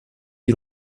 you